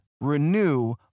Renew